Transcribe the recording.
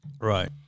Right